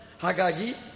Hagagi